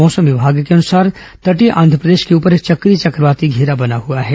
मौसम विभाग के अनुसार तटीय आंध्रप्रदेश के ऊपर एक चक्रीय चक्रवाती घेरा बना हुआ है